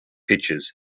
pitches